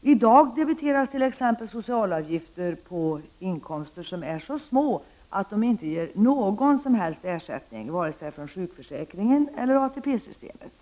I dag debiteras t.ex. socialavgifter på inkomster som är så små att de inte ger någon ersättning, vare sig från sjukförsäkringen eller från ATP-systemet.